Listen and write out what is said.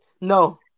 no